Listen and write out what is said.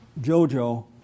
Jojo